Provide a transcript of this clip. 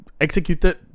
executed